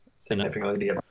significantly